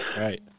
right